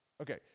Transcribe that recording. Okay